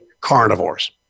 carnivores